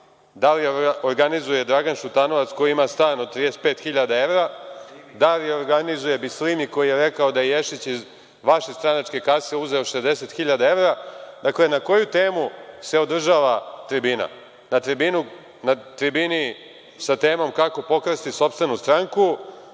da li je organizuje Dragan Šutanovac, koji ima stan od 35 hiljada evra, da li je organizuje Bislini, koji je rekao da je Ješić iz vaše stranačke kase uzeo 60 hiljada evra? Dakle, na koju temu se održava tribina? Na tribini sa temom – kako pokrasti sopstvenu stranku,